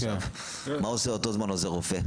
מה עושה אותו עוזר רופא?